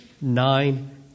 nine